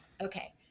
Okay